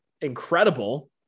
incredible